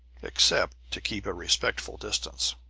except to keep a respectful distance.